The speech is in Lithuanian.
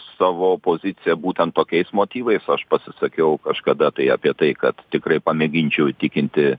savo poziciją būtent tokiais motyvais o aš pasisakiau kažkada tai apie tai kad tikrai pamėginčiau įtikinti